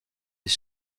des